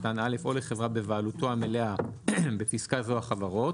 קטן (א) או לחברה בבעלותו המלאה (בפסקה זו החברות)